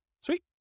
Sweet